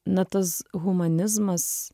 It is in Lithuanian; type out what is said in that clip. na tas humanizmas